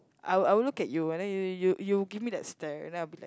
I will I will look at you and then you you you you give me that stare and then I'll be like